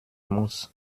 muss